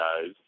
guys